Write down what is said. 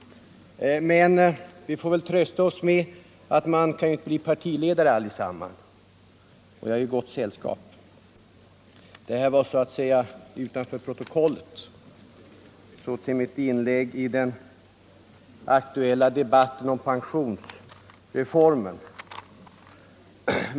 Men jag får väl trösta mig med att vi inte alla kan bli partiledare. Det här var så att säga utanför protokollet. Så till mitt inlägg i den aktuella debatten om pensionsreformen.